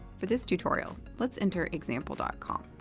for this tutorial, let's enter example dot com.